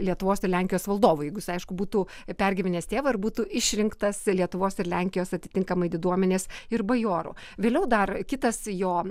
lietuvos ir lenkijos valdovu jeigu jis aišku būtų pergyvenęs tėvą ir būtų išrinktas lietuvos ir lenkijos atitinkamai diduomenės ir bajorų vėliau dar kitas jo